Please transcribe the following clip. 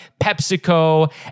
PepsiCo